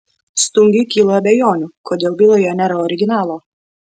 stungiui kilo abejonių kodėl byloje nėra originalo